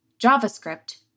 JavaScript